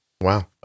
Wow